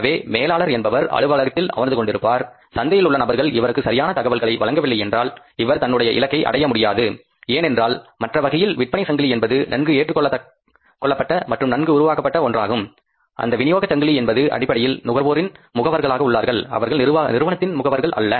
எனவே மேலாளர் என்பவர் அலுவலகத்தில் அமர்ந்து கொண்டிருப்பார் சந்தையில் உள்ள நபர்கள் இவருக்கு சரியான தகவல்களை வழங்கவில்லை என்றால் இவர் தன்னுடைய இலக்கை அடைய முடியாது ஏனென்றால் மற்ற வகையில் விற்பனை சங்கிலி என்பது நன்கு ஏற்றுக்கொள்ளப்பட்ட மற்றும் நன்கு உருவாக்கப்பட்ட ஒன்றாகும் அந்த விநியோக சங்கிலி என்பது அடிப்படையில் நுகர்வோரின் முகவர்களாக உள்ளனர் அவர்கள் நிறுவனத்தின் முகவர்கள் அல்ல